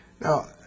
Now